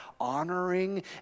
honoring